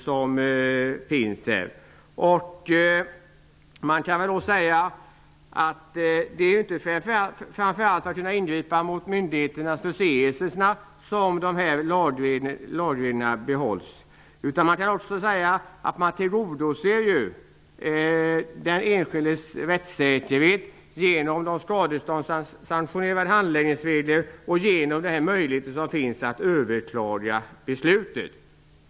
Lagreglerna behålls inte framför allt för att man skall kunna ingripa mot myndigheternas förseelser, utan man tillgodoser den enskildes rättssäkerhet genom de skadeståndssanktionerade handläggningsregler och genom de möjligheter som finns när det gäller att överklaga beslut.